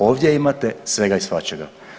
Ovdje imate svega i svačega.